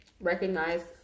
recognize